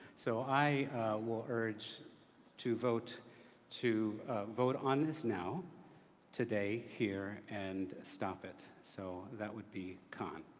so i will urge to vote to vote on this now today here and stop it. so that would be con.